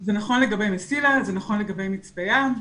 זה נכון לגבי 'מסילה', זה נכון לגבי 'מצפה ים'.